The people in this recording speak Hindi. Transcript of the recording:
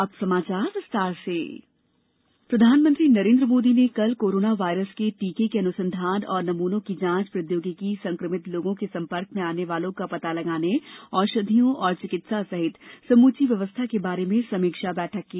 अब समाचार विस्तार से मोदी समीक्षा बैठक प्रधानमंत्री नरेन्द्र मोदी ने कल कोरोना वायरस के टीके के अनुसंधान और नमूनों की जांच प्रौद्योगिकी संक्रमित लोगों के संपर्क में आने वालों का पता लगाने औषधियों और चिकित्सा सहित समूची व्यवस्था के बारे में समीक्षा बैठक की